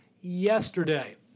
yesterday